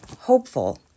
hopeful